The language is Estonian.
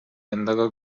endaga